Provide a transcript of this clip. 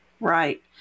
Right